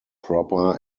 proper